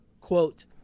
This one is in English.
quote